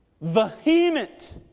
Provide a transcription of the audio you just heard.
Vehement